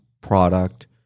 product